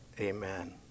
Amen